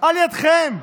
על ידיכם.